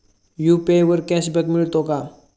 UPI वर cashback मिळतो का?